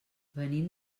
venim